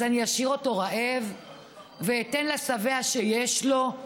אז אני אשאיר אותו רעב ואתן לשבע, שיש לו?